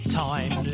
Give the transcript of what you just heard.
time